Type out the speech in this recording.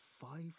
five